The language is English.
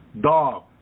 dog